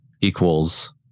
equals